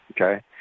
okay